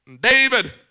David